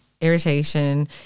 irritation